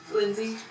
Lindsay